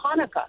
Hanukkah